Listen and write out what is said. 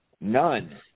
None